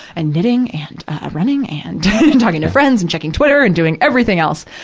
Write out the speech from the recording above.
and knitting and ah running and and talking to friends and checking twitter and doing everything else,